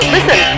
Listen